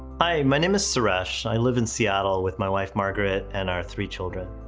my my name is suresh. i live in seattle with my wife, margaret, and our three children.